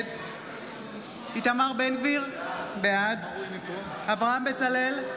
נגד איתמר בן גביר, בעד אברהם בצלאל,